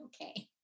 okay